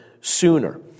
sooner